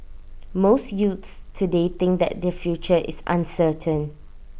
most youths today think that their future is uncertain